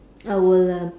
I will uh